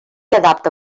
adapta